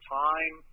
time